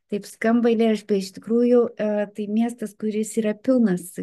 taip skamba reiškia iš tikrųjų tai miestas kuris yra pilnas